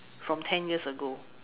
from ten years ago